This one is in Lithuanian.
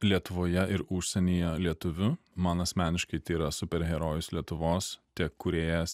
lietuvoje ir užsienyje lietuvių man asmeniškai tai yra superherojus lietuvos tiek kūrėjas